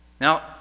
Now